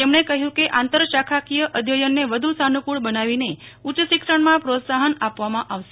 તેમણે કહય ક આંતરશાખાકીય અધ્યયનને વધુ સાનુકુળ બનાવીને ઉચ્ચ શિક્ષણમાં પ્રોત્સાહન આપવામાં આવશે